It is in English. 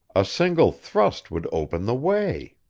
a single thrust would open the way.